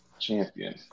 champion